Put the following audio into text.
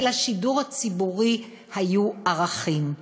כי לשידור הציבורי היו ערכים.